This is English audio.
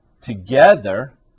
together